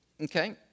Okay